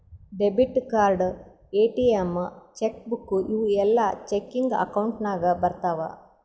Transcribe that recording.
debit card, ATM, cheque book ಇವೂ ಎಲ್ಲಾ checking account ನಾಗ್ ಬರ್ತಾವ್